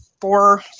four